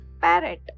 parrot